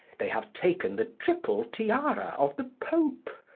they have taken the triple tiara of the pope.